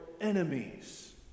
enemies